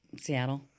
Seattle